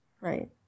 Right